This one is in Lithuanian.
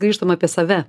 grįžtam apie save